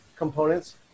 components